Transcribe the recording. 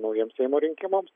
naujiems seimo rinkimams